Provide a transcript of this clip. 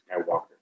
Skywalker